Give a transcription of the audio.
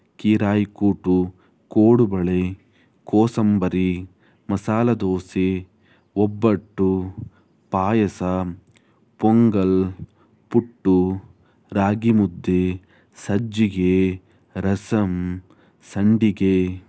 ಕೀರಾಯ್ ಕೂಟು ಕೋಡುಬಳೆ ಕೋಸಂಬರಿ ಮಸಾಲೆ ದೋಸೆ ಒಬ್ಬಟ್ಟು ಪಾಯಸ ಪೊಂಗಲ್ ಪುಟ್ಟು ರಾಗಿಮುದ್ದೆ ಸಜ್ಜಿಗೆ ರಸಮ್ ಸಂಡಿಗೆ